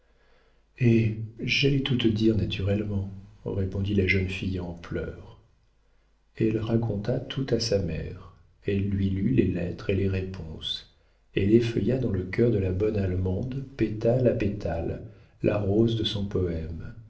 eh j'allais tout te dire naturellement répondit la jeune fille en pleurs elle raconta tout à sa mère elle lui lut les lettres et les réponses elle effeuilla dans le cœur de la bonne allemande pétale à pétale la rose de son poëme